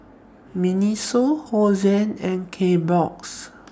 Miniso Hosen and Kbox